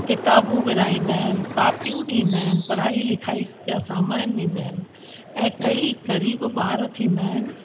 किताबूं विरिहाईंदा आहिनि कापियूं ॾींदा आहिनि पढ़ाई लिखाई जा सामान ॾींदा आहिनि ऐं कई ग़रीब ॿार थींदा आहिनि